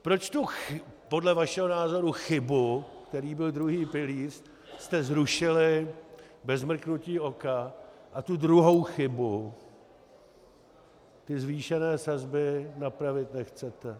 Proč jste tu podle vašeho názoru chybu, kterou byl druhý pilíř, zrušili bez mrknutí oka a tu druhou chybu, zvýšené sazby, napravit nechcete?